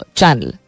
channel